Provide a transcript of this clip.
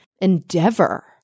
endeavor